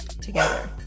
together